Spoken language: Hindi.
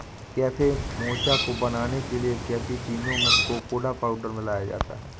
कैफे मोचा को बनाने के लिए कैप्युचीनो में कोकोडा पाउडर मिलाया जाता है